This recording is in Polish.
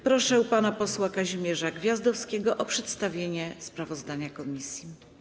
Proszę pana posła Kazimierza Gwiazdowskiego o przedstawienie sprawozdania komisji.